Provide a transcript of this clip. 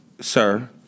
sir